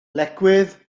lecwydd